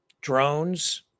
Drones